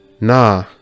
nah